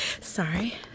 Sorry